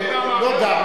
לא גם,